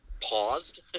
paused